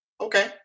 Okay